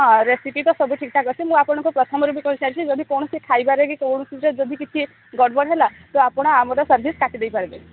ହଁ ରେସିପି ତ ସବୁ ଠିକ୍ ଠାକ୍ ଅଛି ମୁଁ ଆପଣଙ୍କୁ ପ୍ରଥମରୁ ବି କହିସାରିଛି ଯଦି କୌଣସି ଖାଇବାରେ କି କୌଣସିରେ ଯଦି କିଛି ଗଡ଼ବଡ଼ ହେଲା ତ ଆପଣ ଆମର ସର୍ଭିସ୍ କାଟି ଦେଇପାରିବେ